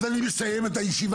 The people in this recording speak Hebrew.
אז אני מסיים את הישיבה,